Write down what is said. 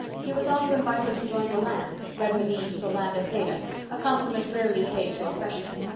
he was also invited to join the lambs redmondese for lamba theta a compliment rarely paid to a freshman.